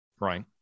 Right